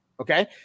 Okay